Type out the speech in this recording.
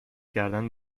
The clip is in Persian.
کردن